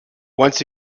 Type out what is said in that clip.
once